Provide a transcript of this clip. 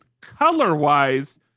Color-wise